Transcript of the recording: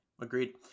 agreed